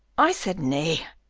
i said, nay,